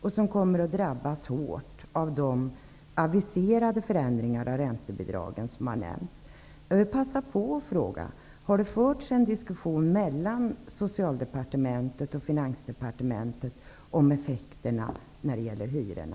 De kommer att drabbas hårt av de förändringar av räntebidragen som aviserats. Finansdepartementet om effekterna när det gäller hyrorna?